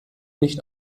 nicht